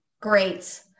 Great